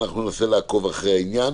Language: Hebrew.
ואנחנו ננסה לעקוב אחרי העניין.